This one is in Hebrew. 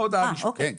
אוקיי.